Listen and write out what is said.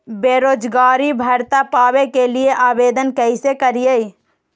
बेरोजगारी भत्ता पावे के लिए आवेदन कैसे करियय?